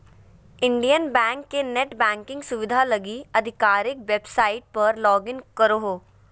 Indian bank के net banking सुविधा लगी आधिकारिक वेबसाइट पर लॉगिन करहो